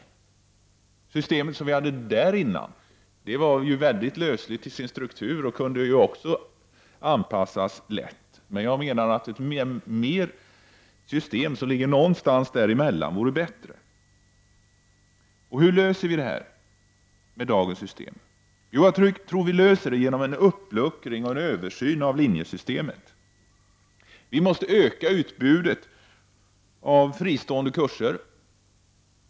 Det system som vi hade dessförinnan var väldigt lösligt i sin struktur och kunde anpassas lätt. Men ett system som ligger någonstans däremellan vore bättre. Hur kan vi lösa frågan med dagens system? Jag tror vi kan lösa den genom en uppluckring och översyn av linjesystemet. Vi måste öka utbudet av fristående kurser.